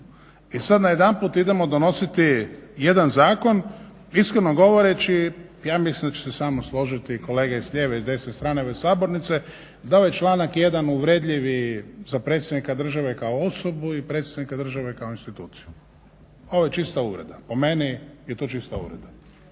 I sad najedanput idemo donositi jedan zakon iskreno govoreći ja mislim da će se samo složiti kolege s lijeve i s desne strane ove sabornice da je ovaj članak 1. uvredljiv i za predsjednika države kao osobu i predsjednika države kao instituciju. Ovo je čista uvreda, po meni je to čista uvreda.